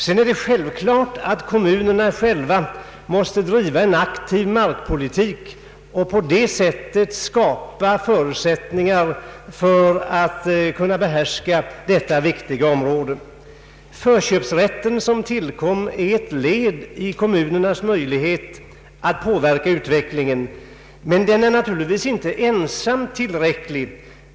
Sedan är det givet att kommunerna själva måste driva en aktiv markpolitik och på det sättet skapa förutsättningar för att kunna behärska detta viktiga område. Den förköpsrätt som har tillkommit är ett led i kommunernas möjligheter att påverka utvecklingen. Den är naturligtvis inte ensam tillräcklig.